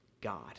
God